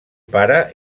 pare